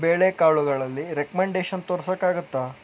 ಬೇಳೆಕಾಳುಗಳಲ್ಲಿ recommendation ತೋರ್ಸೋಕಾಗತ್ತಾ